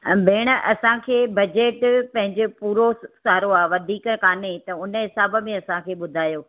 अ भेण असांखे बजेट पंहिंजे पूरो सारो आहे वधीक कोन्हे त उन हिसाब में असांखे ॿुधायो